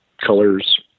Colors